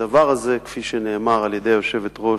הדבר הזה, כפי שנאמר על-ידי היושבת-ראש,